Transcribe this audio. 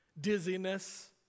Dizziness